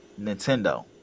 Nintendo